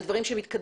על דברים שמתקדמים,